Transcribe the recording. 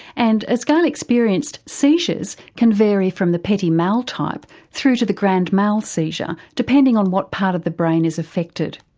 and as gail experienced, seizures can vary from the petit mal type through to the grand mal seizure depending on what part of the brain is affected.